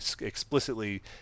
explicitly